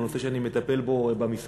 הוא גם נושא שאני מטפל בו במשרד,